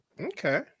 Okay